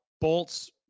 Bolts